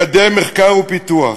לקדם מחקר ופיתוח,